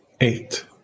eight